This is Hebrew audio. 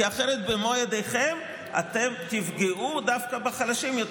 כי אחרת במו ידיכם אתם תפגעו דווקא בחלשים יותר,